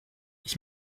ich